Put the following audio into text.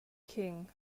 king